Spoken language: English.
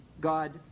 God